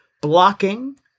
blocking